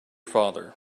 father